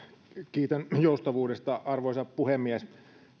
kiitän joustavuudesta arvoisa puhemies